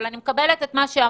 אבל אני מקבלת את מה שאמרתם,